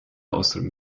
ausdrücken